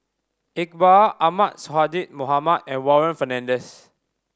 Iqbal Ahmad Sonhadji Mohamad and Warren Fernandez